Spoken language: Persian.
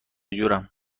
جورم